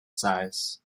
size